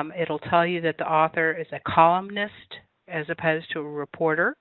um it will tell you that the author is a columnist as opposed to a reporter